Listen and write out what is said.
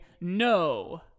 no